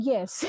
Yes